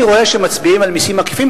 אני רואה שמצביעים על מסים עקיפים,